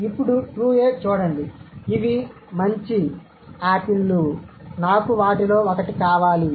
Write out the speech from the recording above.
ఇప్పుడు 2 a చూడండి ఇవి మంచి ఆపిల్లు నాకు వాటిలో ఒకటి కావాలి